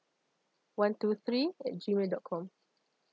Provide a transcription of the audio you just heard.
one two three at G mail dot com